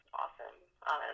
awesome